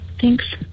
Thanks